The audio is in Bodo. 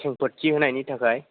खेंफोरथि होनायनि थाखाय